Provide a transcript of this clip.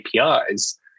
APIs